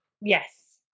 Yes